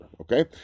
Okay